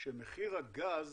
שמחיר הגז